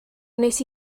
wnes